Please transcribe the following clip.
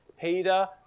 Peter